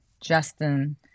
Justin